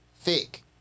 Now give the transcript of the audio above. thick